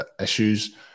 issues